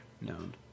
known